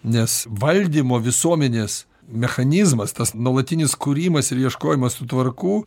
nes valdymo visuomenės mechanizmas tas nuolatinis kūrimas ir ieškojimas tų tvarkų